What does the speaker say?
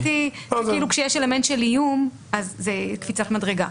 חשבתי שכאשר יש אלמנט של איום זה קפיצת מדרגה.